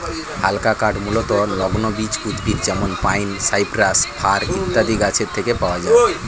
হালকা কাঠ মূলতঃ নগ্নবীজ উদ্ভিদ যেমন পাইন, সাইপ্রাস, ফার ইত্যাদি গাছের থেকে পাওয়া যায়